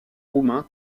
roumain